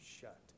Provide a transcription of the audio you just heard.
shut